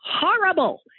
horrible